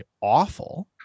awful